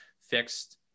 fixed